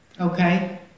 Okay